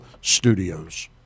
Studios